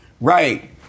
Right